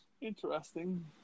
Interesting